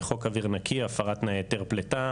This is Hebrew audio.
חוק אוויר נקי, הפרת תנאי היתר פליטה.